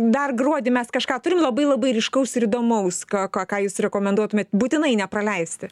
dar gruodį mes kažką turim labai labai ryškaus ir įdomaus ką ką jūs rekomenduotumėt būtinai nepraleisti